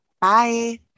bye